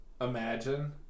imagine